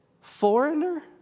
foreigner